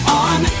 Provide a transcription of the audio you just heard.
on